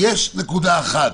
יש נקודה אחת,